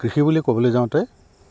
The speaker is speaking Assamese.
কৃষি বুলি ক'বলৈ যাওঁতে